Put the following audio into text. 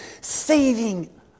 saving